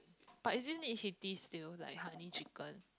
but isn't it he did still like honey chicken